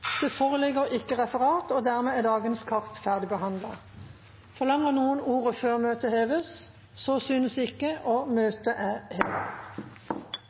Dermed er dagens kart ferdigbehandlet. Forlanger noen ordet før møtet heves? – Møtet er hevet.